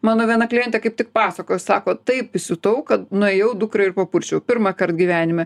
mano viena klientė kaip tik pasakojo sako taip įsiutau kad nuėjau dukrą ir papurčiau pirmąkart gyvenime